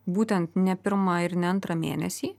būtent ne pirmą ir ne antrą mėnesį